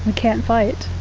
can't fight.